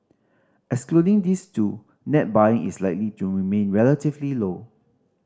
excluding these two net buying is likely to remain relatively low